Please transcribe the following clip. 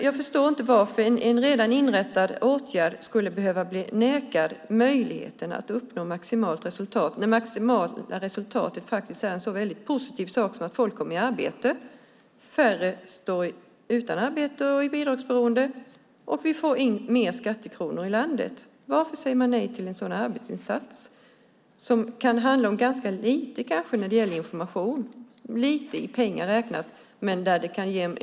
Jag förstår inte varför man skulle säga nej till en redan vidtagen åtgärd och möjligheten att uppnå maximalt resultat när det maximala resultatet faktiskt är något så positivt som att folk kommer i arbete. Färre skulle då stå utan arbete och slippa vara bidragsberoende, och vi får in fler skattekronor i landet. Varför säger man nej till en sådan arbetsinsats som kanske kan handla om ganska lite i pengar räknat när det gäller information men som kan ge en bra utdelning?